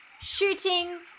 shooting